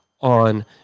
on